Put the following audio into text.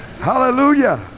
Hallelujah